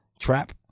trap